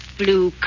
blue